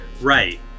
Right